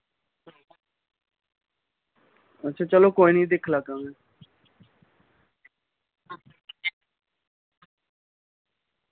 ते अच्छा चलो कोई निं दिक्खी लैगा में